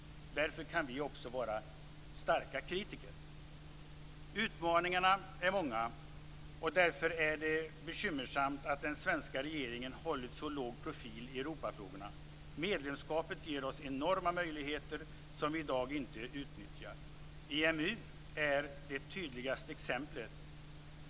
Därför kan vi också vara starka kritiker. Utmaningarna är många. Därför är det bekymmersamt att den svenska regeringen hållit så låg profil i Europafrågorna. Medlemskapet ger oss enorma möjligheter som vi i dag inte utnyttjar. EMU är det tydligaste exemplet.